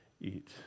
eat